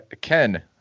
Ken